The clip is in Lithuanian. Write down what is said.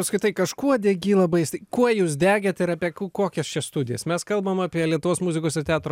apskritai kažkuo degi labai kuo jūs degėt ir apie kokias čia studijas mes kalbam apie lietuvos muzikos ir teatro